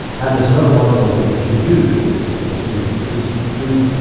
and there's another wonderful thing which you can do with this technique, which is you can do,